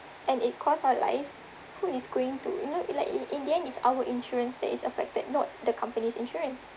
and it cost our life who is going to you know like in in the end it's our insurance that is affected not the company's insurance